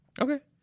okay